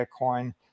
Bitcoin